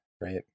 right